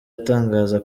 atangaza